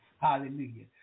Hallelujah